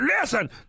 Listen